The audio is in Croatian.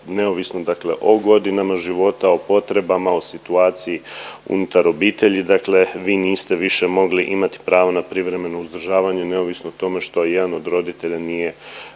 neovisno dakle o godinama života, o potrebama, o situaciji unutar obitelji dakle vi niste više mogli imati pravo na privremeno uzdržavanje, neovisno o tome što jedan od roditelja nije